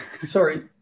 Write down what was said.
Sorry